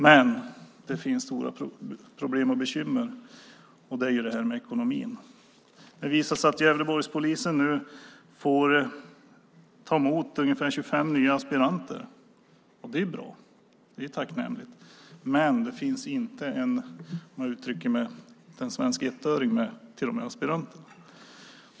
Men det finns stora problem och bekymmer, och det gäller ekonomin. Det visar sig att Gävleborgspolisen nu får ta emot ungefär 25 nya aspiranter. Det är bra och tacknämligt. Men det finns inte ens en svensk ettöring, om jag uttrycker mig så, till de här aspiranterna.